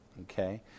Okay